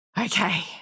Okay